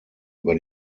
über